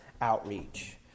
outreach